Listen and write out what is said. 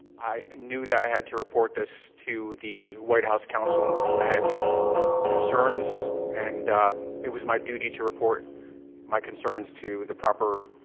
i knew that i had to report this to the white house counsel. i had concerns, and it was my duty to report my concerns to the proper